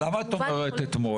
אבל למה את אומרת אתמול?